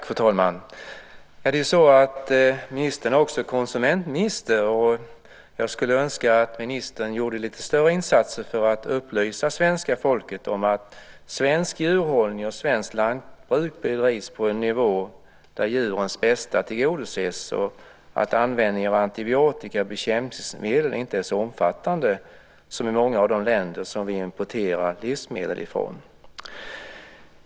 Fru talman! Ministern är ju också konsumentminister. Jag skulle önska att ministern gjorde lite större insatser för att upplysa svenska folket om att svensk djurhållning och svenskt lantbruk bedrivs på en nivå där djurens bästa tillgodoses och om att användningen av antibiotika och bekämpningsmedel inte är så omfattande som är fallet i många av de länder som vi importerar livsmedel från.